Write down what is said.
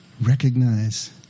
Recognize